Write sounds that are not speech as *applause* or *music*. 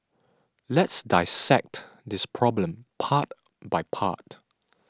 let's dissect this problem part by part *noise*